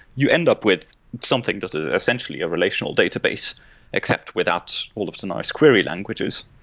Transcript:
you end up with something that's essentially a relational database except without all of the nice query languages.